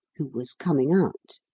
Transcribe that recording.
who was coming out.